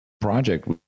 project